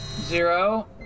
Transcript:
zero